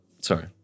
Sorry